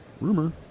Rumor